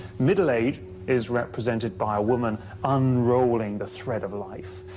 middle age is represented by a woman unrolling the thread of life,